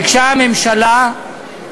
ביקשה הממשלה,